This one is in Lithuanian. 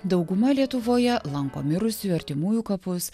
dauguma lietuvoje lanko mirusiųjų artimųjų kapus